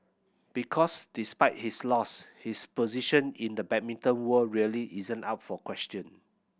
because despite his loss his position in the badminton world really isn't up for question